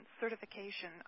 certification